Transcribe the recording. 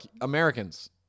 Americans